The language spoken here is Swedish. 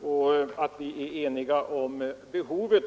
och att vi är eniga om behovet.